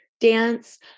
dance